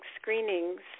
screenings